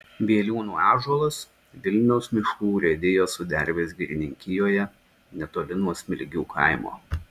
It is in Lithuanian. bieliūnų ąžuolas vilniaus miškų urėdijos sudervės girininkijoje netoli nuo smilgių kaimo